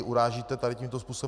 Urážíte tady tímto způsobem.